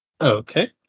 Okay